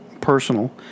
personal